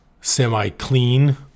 semi-clean